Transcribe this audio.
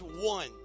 one